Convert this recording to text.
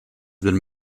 been